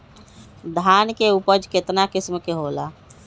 धान के उपज केतना किस्म के होला?